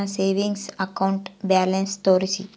ನನ್ನ savings account balance ತೋರಿಸಿ?